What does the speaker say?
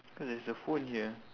cause there's a phone here